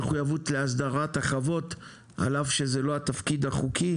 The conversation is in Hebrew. מחויבות להסדרת החוות על אף שזה לא התפקיד החוקי